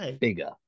bigger